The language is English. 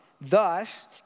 thus